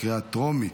לקריאה טרומית.